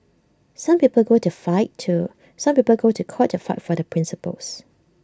some people go to fight to some people go to court to fight for their principles